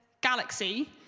galaxy